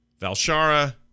Valshara